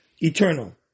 Eternal